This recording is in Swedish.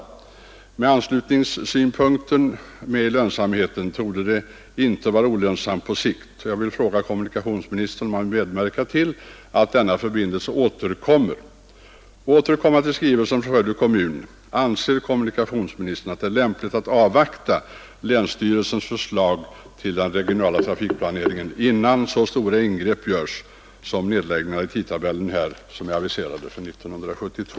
Tar man hänsyn till anslutningssynpunkten när det gäller lönsamheten torde denna förbindelse inte vara olönsam på sikt, och jag frågar kommunikationsministern om han vill medverka till att denna förbindelse återkommer. Och för att återgå till skrivelsen från Skövde kommun frågar jag: Anser kommunikationsministern att det är lämpligt att avvakta länsstyrelsens förslag till den regionala trafikplaneringen innan så stora ingrepp med nedläggningar i tidtabellen görs som aviserats för 1972?